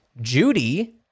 judy